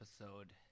episode